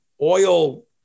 oil